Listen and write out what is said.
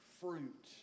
fruit